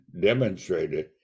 demonstrated